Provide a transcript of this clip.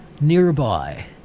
nearby